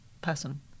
person